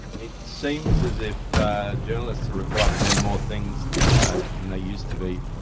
it seems as if journalists are required to do more things these days than they used to be,